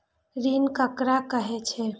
ऋण ककरा कहे छै?